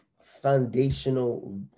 foundational